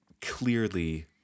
clearly